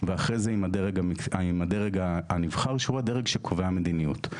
ואחרי זה עם הדרג הנבחר שהוא הדרג שקובע מדיניות.